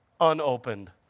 unopened